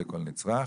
לכל נצרך,